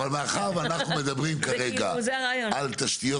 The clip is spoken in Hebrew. אבל מאחר ואנחנו מדברים כרגע על תשתיות